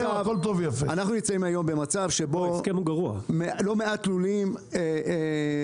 אנחנו נמצאים היום במצב שבו לא מעט לולים סגורים.